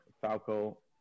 Falco